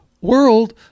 world